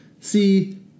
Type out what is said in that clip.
see